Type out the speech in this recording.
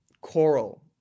Coral